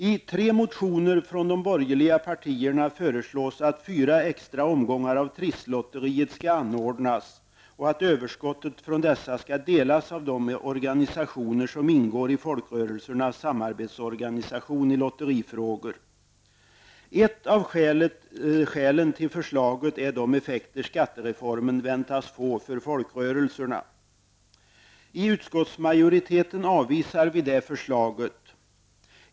I tre motioner från de borgerliga partierna föreslås att fyra extra omgångar av Trisslotteriet skall anordnas och att överskottet från dessa skall delas av de organisationer som ingår i folkrörelsernas samarbetsorganisation i lotterifrågor. Ett av skälen till förslaget är de effekter skattereformen väntas få för folkrörelserna. Utskottsmajoriteten avvisar förslaget.